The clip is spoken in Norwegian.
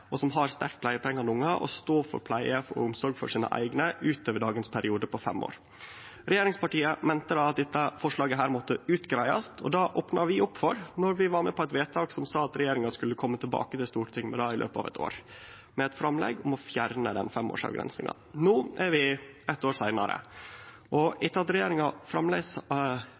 og omsorg for sine eigne utover dagens periode på fem år. Regjeringspartia meinte då at dette forslaget måtte greiast ut, og det opna vi opp for då vi var med på eit vedtak som sa at regjeringa skulle kome tilbake til Stortinget i løpet av eit år med eit framlegg om å fjerne den tidsavgrensinga på fem år. No er det eitt år seinare. Etter at regjeringa framleis